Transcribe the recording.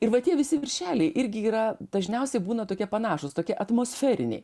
ir va tie visi viršeliai irgi yra dažniausiai būna tokie panašūs tokie atmosferiniai